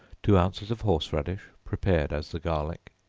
two ounces of horse-radish, prepared as the garlic,